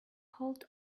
hold